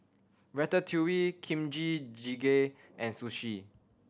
Ratatouille Kimchi Jjigae and Sushi